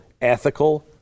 ethical